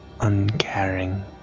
uncaring